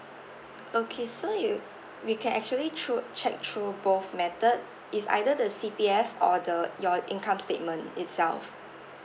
okay so you we can actually through check through both method it's either the C_P_F or the your income statement itself